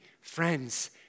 Friends